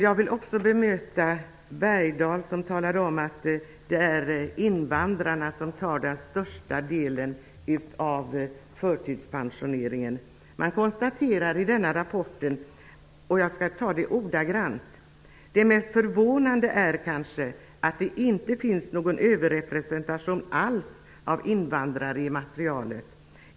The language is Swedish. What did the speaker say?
Jag vill bemöta Leif Bergdahl som säger att det är invandrarna som svarar för den största delen av förtidspensioneringen. Man konstaterar i rapporten: ''Det mest förvånande är kanske att det inte finns någon överrepresentation alls av invandrare i materialet.